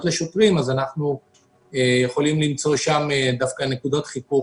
לשוטרים אז אנחנו יכולים למצוא שם דווקא נקודות חיכוך